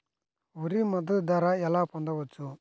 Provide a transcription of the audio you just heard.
వరి మద్దతు ధర ఎలా పొందవచ్చు?